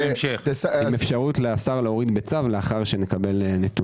עם אפשרות של השר להוריד בצו לאחר שנקבל נתונים.